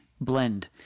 blend